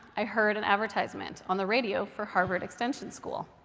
i heard an advertisement on the radio for harvard extension school.